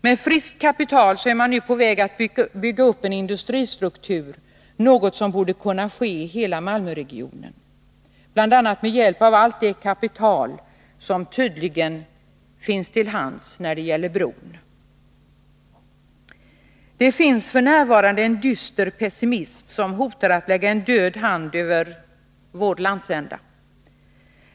Med friskt kapital är man där nu på väg att bygga upp en industristruktur — något som borde kunna ske i hela Malmöregionen, bl.a. med hjälp av allt det kapital som tydligen finns till hands när det gäller bron. Det finns f. n. en dyster pessimism som hotar att lägga en död hand över vår landsända.